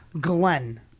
Glenn